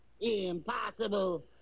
Impossible